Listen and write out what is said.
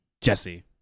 jesse